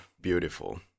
beautiful